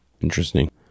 Interesting